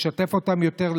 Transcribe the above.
לשתף אותן יותר,